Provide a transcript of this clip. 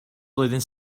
flwyddyn